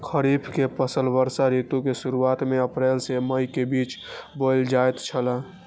खरीफ के फसल वर्षा ऋतु के शुरुआत में अप्रैल से मई के बीच बौअल जायत छला